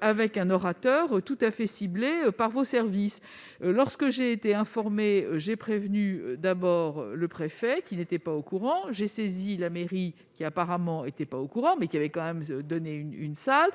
avec un orateur tout à fait ciblé par vos services. Lorsque j'en ai été informée, j'ai tout d'abord prévenu le préfet, lequel n'était pas au courant, puis j'ai saisi la mairie, qui, apparemment, n'était pas non plus au courant, mais qui avait tout de même accordé une salle.